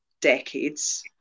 decades